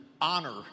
honor